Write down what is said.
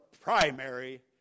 primary